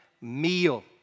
meal